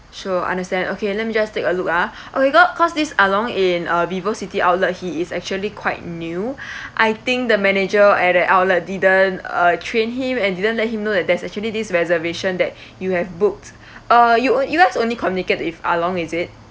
sure understand okay let me just take a look ah okay got cause this Ahlong in uh vivocity outlet he is actually quite new I think the manager at at that outlet didn't uh train him and didn't let him know that there's actually this reservation that you have booked uh you uh you guys only communicate with Ahlong is it